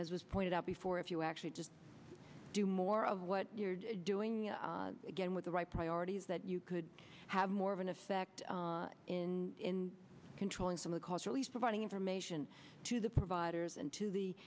as was pointed out before if you actually just do more of what you're doing again with the right priorities that you could have more of an effect in controlling some of cost or at least providing information to the providers and to the